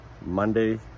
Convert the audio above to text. monday